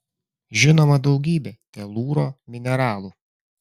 žinoma daugybė telūro mineralų